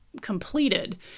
completed